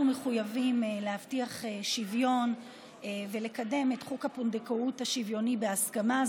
אנחנו מחויבים להבטיח שוויון ולקדם את חוק הפונדקאות השוויוני בהסכמה.